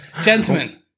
Gentlemen